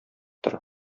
тор